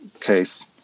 case